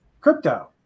crypto